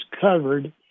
covered